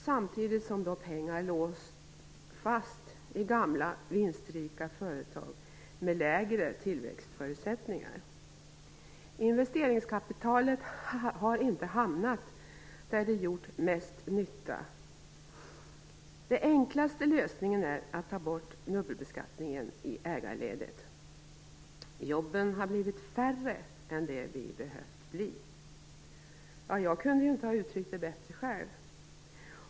Samtidigt har pengar låsts fast i gamla vinstrika företag med lägre tillväxtförutsättningar. Investeringskapitalet har inte hamnat där det skulle ha gjort mest nytta. Den enklaste lösningen är att ta bort dubbelbeskattningen i ägarledet. Jobben har blivit färre än de behövt bli. Jag kunde inte uttrycka det bättre själv.